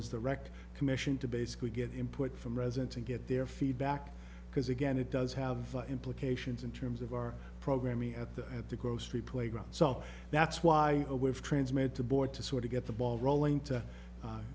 as the rec commission to basically get input from residents and get their feedback because again it does have implications in terms of our programming at the at the grocery playground so that's why we've transmitted to board to sort of get the ball rolling to